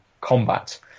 combat